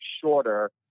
shorter